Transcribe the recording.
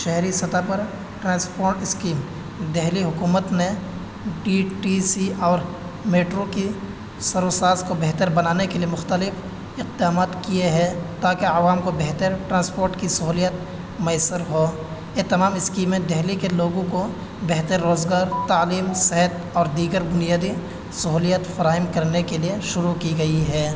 شہری سطح پر ٹرانسپورٹ اسکیم دہلی حکومت نے ڈی ٹی سی اور میٹرو کی سروساس کو بہتر بنانے کے لیے مختلف اقدامات کیے ہے تاکہ عوام کو بہتر ٹرانسپورٹ کی سہولیت میسر ہو یہ تمام اسکیمیں دہلی کے لوگوں کو بہتر روزگار تعلیم صحت اور دیگر بنیادی سہولیت فراہم کرنے کے لیے شروع کی گئی ہے